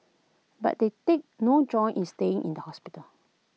but they take no joy in staying in the hospital